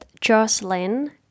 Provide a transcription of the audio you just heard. Jocelyn